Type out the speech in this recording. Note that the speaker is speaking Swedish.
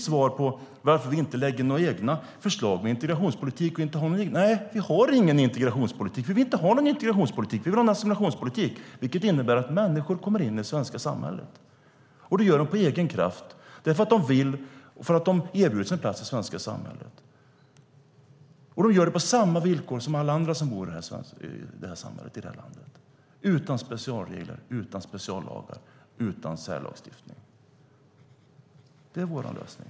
Svaret på varför vi inte lägger fram några egna förslag om integrationspolitik är att vi inte har någon integrationspolitik. Vi vill inte ha någon integrationspolitik. Vi vill ha en assimilationspolitik, vilket innebär att människor kommer in i det svenska samhället. Det gör de av egen kraft för att de vill och för att de erbjuds en plats i det svenska samhället. De gör det på samma villkor som alla andra som bor i det här landet utan specialregler, utan speciallagar och utan särlagstiftning. Det är vår lösning.